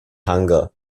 hunger